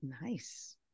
Nice